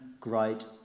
great